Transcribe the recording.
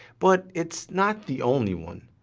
but it's not the only one!